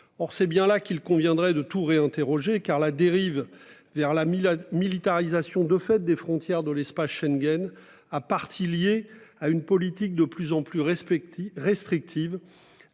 Or c'est bien là qu'il conviendrait de Touré interrogé car la dérive vers la mi-la militarisation de fête des frontières de l'espace Schengen a partie liée à une politique de plus en plus. Restrictive